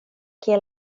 kie